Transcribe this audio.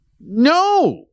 No